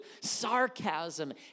sarcasm